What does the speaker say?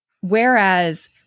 whereas